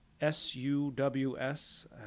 S-U-W-S